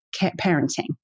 parenting